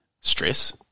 Stress